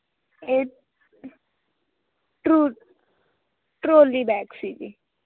ਇਹ ਟਰੂ trolley bag ਸੀ ਜੀ